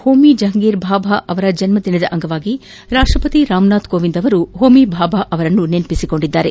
ಹೋಮಿ ಜಹಂಗೀರ್ ಬಾಬಾ ಅವರ ಜನ್ದಿನದ ಅಂಗವಾಗಿ ರಾಷ್ಟಪತಿ ರಾಮನಾಥ್ ಕೋವಿಂದ್ ಹೋಮಿಜಾಬಾ ಅವರನ್ನು ಸ್ನರಿಸಿಕೊಂಡಿದ್ದಾರೆ